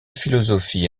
philosophie